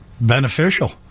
beneficial